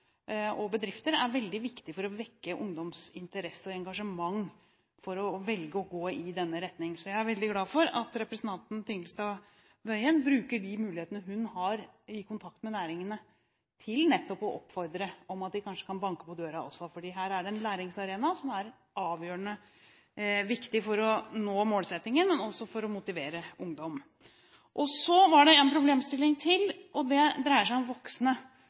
og bedrifter er veldig viktig for å vekke ungdommens interesse og engasjement for å velge å gå i denne retningen. Så jeg er veldig glad for at representanten Tingelstad Wøien bruker de mulighetene hun har i kontakt med næringene, til nettopp å oppfordre til at de også kanskje kan banke på døra. For her er det en læringsarena som er avgjørende viktig for å nå målsettingen, men også for å motivere ungdom. Så er det en problemstilling til, og det dreier seg om voksne